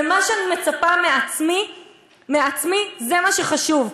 מה שאני מצפה מעצמי זה מה שחשוב.